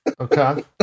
Okay